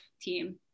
team